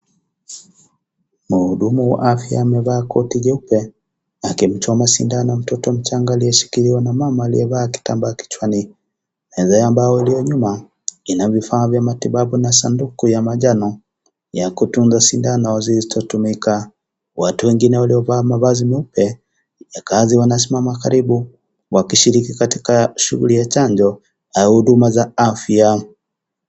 Mhudumu wa afya amevaa koti jeupe, akimchoma sindano mtoto mchanga aliyeshikiliwa na mama aliyevaa kitambaa kichwani. Meza ambayo iliyo nyuma, ina vifaa vya matibabu na sanduku ya majano, ya kutunza sindano zilizotumika. Watu wengine waliovaa mavazi meupe, ya kazi wanasimama karibu, wakishiriki katika shughuli ya chanjo, au huduma za afya.